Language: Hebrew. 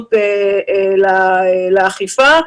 העדיפות לאכיפה.